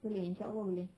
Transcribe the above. boleh inshaallah boleh